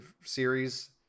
series